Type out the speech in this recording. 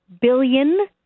billion